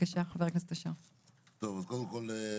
קודם כל,